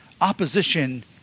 opposition